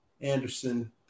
Anderson